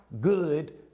good